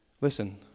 Listen